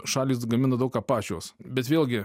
šalys gamina daug ką pačios bet vėlgi